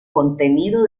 contenido